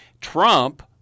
trump